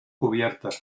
cubiertas